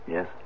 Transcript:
Yes